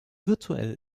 virtuell